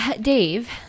dave